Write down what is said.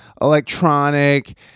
electronic